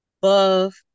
buff